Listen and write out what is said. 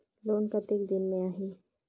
Loan कतेक दिन मे आही?